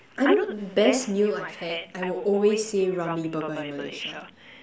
I don't best meal I had I would always say Ramly Burger in Malaysia